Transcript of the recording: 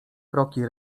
kroki